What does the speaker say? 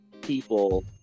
people